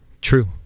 true